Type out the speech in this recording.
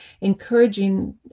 encouraging